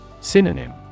Synonym